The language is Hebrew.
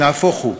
נהפוך הוא.